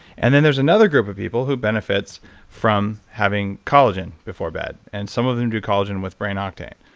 and then there's another group of people who benefit from having collagen before bed and some of them do collagen with brain octane.